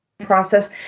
process